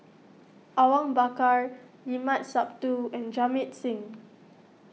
Awang Bakar Limat Sabtu and Jamit Singh